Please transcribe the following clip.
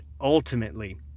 ultimately